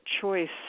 choice